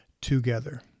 together